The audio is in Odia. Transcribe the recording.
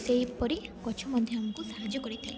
ସେହିପରି ଗଛ ମଧ୍ୟ ଆମକୁ ସାହାଯ୍ୟ କରିଥାଏ